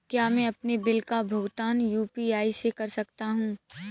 क्या मैं अपने बिल का भुगतान यू.पी.आई से कर सकता हूँ?